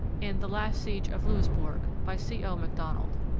in the last siege of louisbourg, by c. o. macdonald.